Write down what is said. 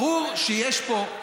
ברור שיש פה,